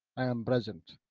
present.